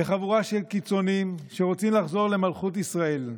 לחבורה של קיצונים שרוצים לחזור למלכות ישראל,